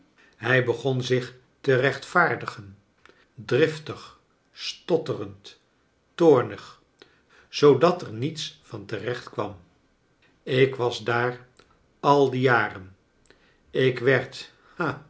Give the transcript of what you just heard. hij begon zich te rechtvaardigen driftig stotterend toornig zoodat er niets van terecht kwam ik was daar al die jaren ik werd